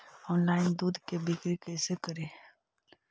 Online दुध के बिक्री कैसे करि?